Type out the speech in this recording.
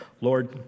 Lord